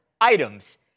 items